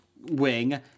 wing